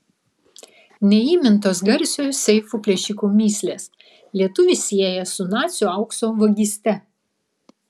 neįmintos garsiojo seifų plėšiko mįslės lietuvį sieja su nacių aukso vagyste